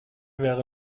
wäre